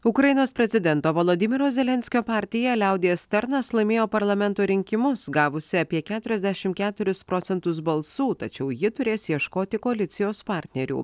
ukrainos prezidento volodymyro zelenskio partija liaudies tarnas laimėjo parlamento rinkimus gavusi apie keturiasdešim keturis procentus balsų tačiau ji turės ieškoti koalicijos partnerių